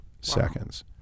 seconds